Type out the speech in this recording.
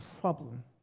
problem